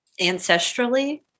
ancestrally